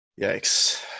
Yikes